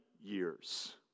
years